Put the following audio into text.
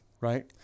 right